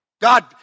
God